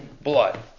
blood